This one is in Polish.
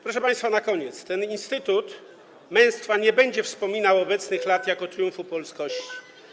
Proszę państwa, na koniec - ten instytut męstwa nie będzie wspominał obecnych lat jako triumfu polskości.